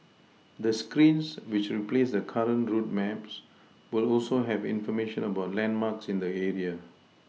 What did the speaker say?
the screens which replace the current route maps will also have information about landmarks in the area